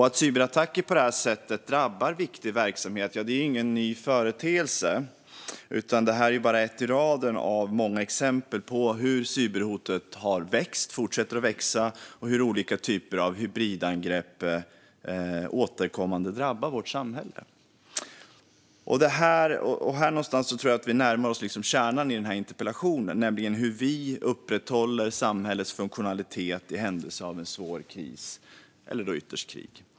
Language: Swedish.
Att cyberattacker drabbar viktig verksamhet är ingen ny företeelse, utan detta är bara ett i raden av många exempel på hur cyberhotet fortsätter att växa och hur olika typer av hybridangrepp återkommande drabbar vårt samhälle. Här någonstans närmar vi oss kärnan i min interpellation, nämligen hur vi upprätthåller samhällets funktionalitet i händelse av en svår kris eller ytterst krig.